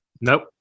Nope